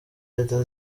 leta